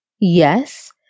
Yes